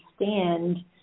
understand